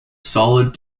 solid